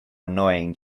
annoying